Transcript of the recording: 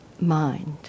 mind